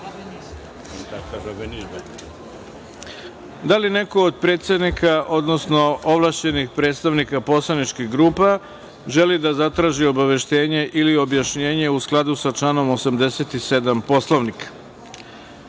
li neko od predsednika, odnosno ovlašćenih predstavnika poslaničkih grupa želi da zatraži obaveštenje ili objašnjenje u skladu sa članom 87. Poslovnika? Ovde